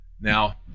Now